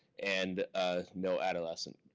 and no adolescent.